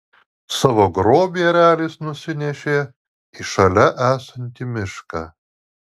savo grobį erelis nusinešė į šalia esantį mišką